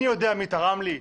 אני יודע מי תרם לי?